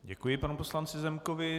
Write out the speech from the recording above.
Děkuji panu poslanci Zemkovi.